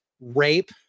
rape